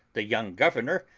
the young governor,